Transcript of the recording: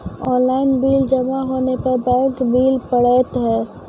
Online bill जमा होने पर बैंक बिल पड़तैत हैं?